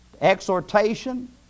exhortation